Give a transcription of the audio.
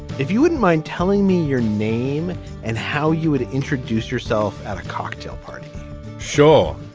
if you wouldn't mind telling me your name and how you would introduce yourself at a cocktail party sure.